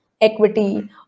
equity